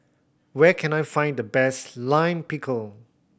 where can I find the best Lime Pickle